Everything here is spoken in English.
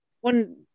one